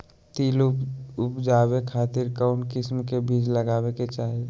तिल उबजाबे खातिर कौन किस्म के बीज लगावे के चाही?